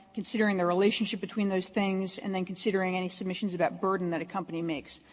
considering the relationship between those things, and then considering any submissions of that burden that a company makes.